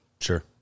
Sure